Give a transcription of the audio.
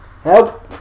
Help